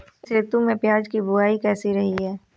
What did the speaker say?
इस ऋतु में प्याज की बुआई कैसी रही है?